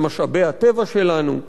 על משאבי הטבע שלנו,